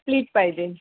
split पाहिजे